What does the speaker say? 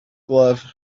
glove